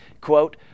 quote